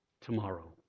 tomorrow